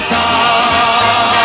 time